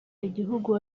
igihugu